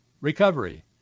recovery